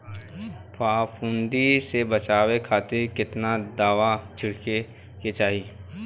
फाफूंदी से बचाव खातिर केतना दावा छीड़के के होई?